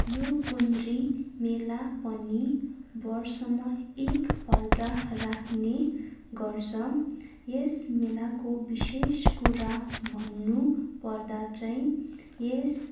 यो गुन्द्री मेला पनि वर्षमा एक पल्ट राख्ने गर्छ यस मेलाको विशेष कुरा भन्नु पर्दा चाहिँ यस